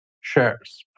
shares